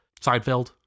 Seinfeld